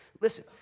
Listen